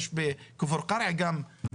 יש גם בכפר קרע מהנדסת,